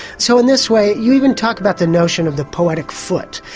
so in this way you even talk about the notion of the poetic foot.